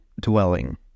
dwelling